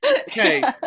Okay